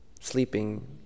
sleeping